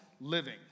living